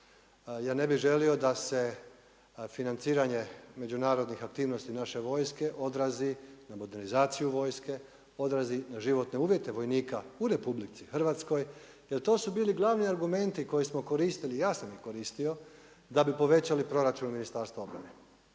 Ja ne bih želio da se financiranje međunarodnih aktivnosti naše vojske odrazi na modernizaciju vojske, odrazi na životne uvjete vojnika u RH jer to su bili glavni argumenti koje smo koristili. Ja sam ih koristio da bi povećali proračun Ministarstva obrane.